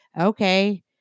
Okay